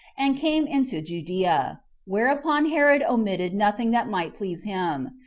and came into judea whereupon herod omitted nothing that might please him.